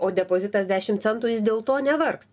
o depozitas dešim centų jis dėl to nevargs